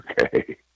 okay